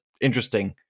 interesting